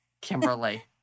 Kimberly